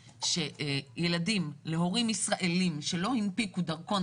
שילדים להורים ישראלים שלא הנפיקו דרכון,